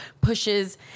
pushes